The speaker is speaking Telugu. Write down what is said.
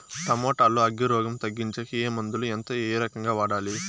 టమోటా లో అగ్గి రోగం తగ్గించేకి ఏ మందులు? ఎంత? ఏ రకంగా వాడాలి?